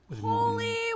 Holy